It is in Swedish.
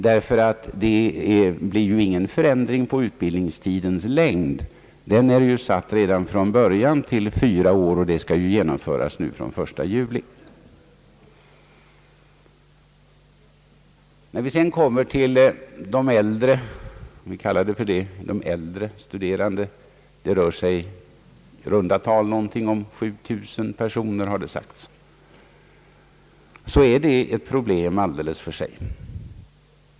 Det blir ju ingen förändring av utbildningstidens längd. Den är redan från början satt till fyra år, och den ordningen skall genomföras nu från den 1 juli. De äldre studerande — det rör sig om 7 000 personer, har man sagt — utgör ett problem för sig.